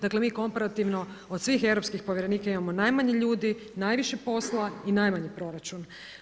Dakle, mi komparativno od svih europskih povjerenika imamo najmanje ljudi, najviše posla i najmanji proračun.